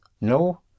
No